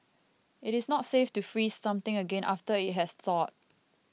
it is not safe to freeze something again after it has thawed